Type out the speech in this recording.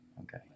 okay